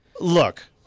Look